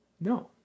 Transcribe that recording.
No